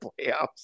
playoffs